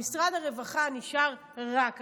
במשרד הרווחה נשארה רק הרווחה,